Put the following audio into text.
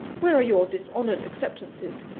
where are your dishonoured acceptances?